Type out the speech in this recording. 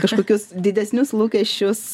kažkokius didesnius lūkesčius